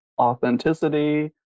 authenticity